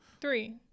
Three